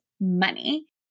money